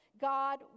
God